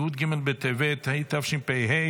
י"ג בטבת התשפ"ה,